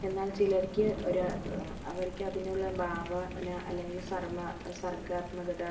എന്നാൽ ചിലർക്ക് ഒരാ അവർക്ക് അതിനുള്ള ഭാവന അല്ലെങ്കില് സർമാ സർഗാത്മകത